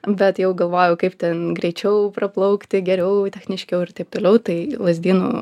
bet jau galvoju kaip ten greičiau praplaukti geriau techniškiau ir taip toliau tai lazdynų